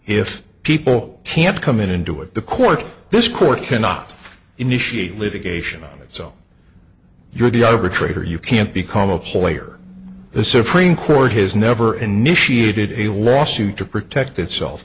if people can't come in and do it the court this court cannot initiate litigation so you're the arbitrator you can't become a player the supreme court has never initiated a lawsuit to protect itself